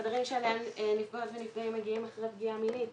חדרים שאליהם נפגעות ונפגעים מגיעים אחרי פגיעה מינית.